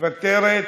מוותרת.